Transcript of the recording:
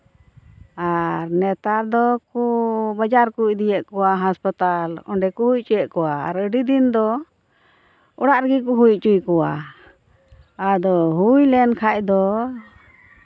ᱟᱨ ᱱᱮᱛᱟᱨ ᱫᱚᱠᱚ ᱵᱟᱡᱟᱨ ᱠᱚ ᱤᱫᱤᱭᱮᱫ ᱠᱚᱣᱟ ᱦᱟᱸᱥᱯᱟᱛᱟᱞ ᱚᱸᱰᱮ ᱠᱚ ᱦᱩᱭ ᱚᱪᱚᱭᱮᱫ ᱠᱚᱣᱟ ᱟᱨ ᱟᱹᱰᱤ ᱫᱤᱱ ᱫᱚ ᱚᱲᱟᱜ ᱨᱮᱜᱮ ᱠᱚ ᱦᱩᱭ ᱚᱪᱚᱭᱮᱫ ᱠᱚᱣᱟ ᱟᱫᱚ ᱦᱩᱭ ᱞᱮᱱ ᱠᱷᱟᱱ ᱫᱚ